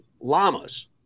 llamas